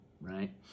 right